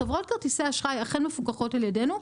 חברות כרטיסי האשראי אכן מפוקחות על ידינו,